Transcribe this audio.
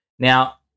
Now